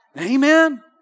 Amen